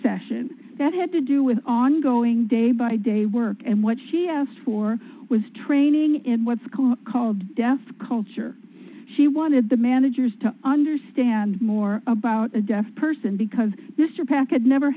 session that had to do with on going day by day work and what she asked for was training in what school called deaf culture she wanted the managers to understand more about a deaf person because mr packard never